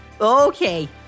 Okay